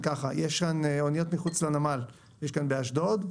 אוניות מחוץ לנמל יש באשדוד,